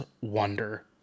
Wonder